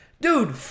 dude